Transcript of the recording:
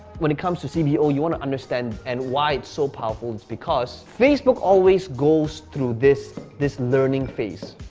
when it comes to c b o, you wanna understand, and why it's so powerful, is because facebook always goes through this, this learning phase,